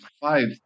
five